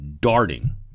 darting